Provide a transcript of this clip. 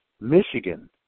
Michigan